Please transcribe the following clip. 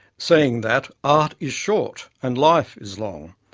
saying that art is short and life is long,